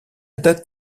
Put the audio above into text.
date